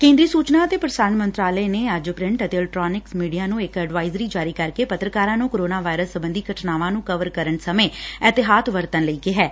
ਕੇ ਂਦਰੀ ਸੂਚਨਾ ਅਤੇ ਪ੍ਰਸਾਰਣ ਮੰਤਰਾਲੇ ਨੇ ਅੱਜ ਪ੍ਰਿਟ ਅਤੇ ਇਲੈਕਟ੍ਾਨਿਕ ਮੀਡੀਆਂ ਨੂੰ ਇਕ ਐਡਵਾਇਜਰੀ ਜਾਰੀ ਕਰਕੇ ਪੱਤਰਕਾਰਾਂ ਨੂੰ ਕੋਰੋਨਾ ਵਾਇਰਸ ਸਬੰਧੀ ਘਟਨਾਵਾਂ ਨੂੰ ਕਵਰ ਕਰਨ ਸਮੇਂ ਅਹਿਤਿਆਤ ਵਰਤਣ ਲਈ ਕਿਹੈ